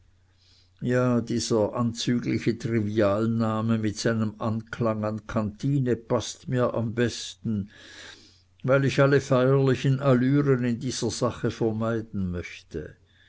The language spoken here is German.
ja dieser anzügliche trivialname mit seinem anklang an kantine paßt mir am besten weil ich alle feierlichen allüren in dieser sache vermeiden möchte